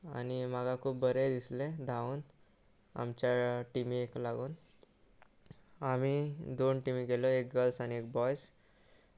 आनी म्हाका खूब बरें दिसलें धांवून आमच्या टिमीक लागून आमी दोन टिमी केल्यो एक गल्स आनी एक बॉयज